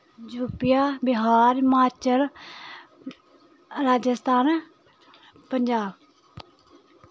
U P Bihar Himachal Rajasthan Punjab